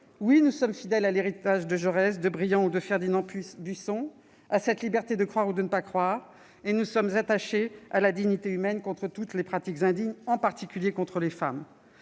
Oui, nous sommes fidèles à l'héritage de Jaurès, de Briand ou de Ferdinand Buisson, à cette liberté de croire ou de ne pas croire. Et nous sommes attachés à la dignité humaine, contre toutes les pratiques indignes, en particulier contre les femmes.